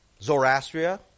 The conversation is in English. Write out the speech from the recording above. Zoroastria